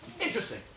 Interesting